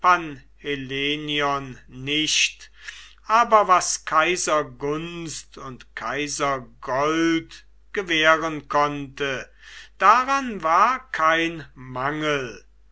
nicht aber was kaisergunst und kaisergold gewähren konnte daran war kein mangel